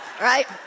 Right